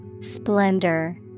Splendor